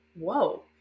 whoa